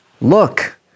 look